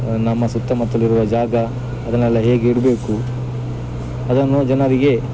ನಮ್ಮ ಸುತ್ತಮುತ್ತಲು ಇರುವ ಜಾಗ ಅದನ್ನೆಲ್ಲ ಹೇಗೆ ಇಡಬೇಕು ಅದನ್ನು ಜನರಿಗೆ